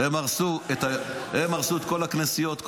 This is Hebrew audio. אתה רק משסע את החברה הישראלית.